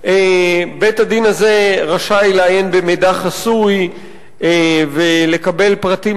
בית-הדין הזה רשאי לעיין במידע חסוי ולקבל פרטים